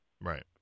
Right